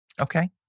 Okay